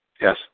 Yes